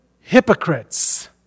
hypocrites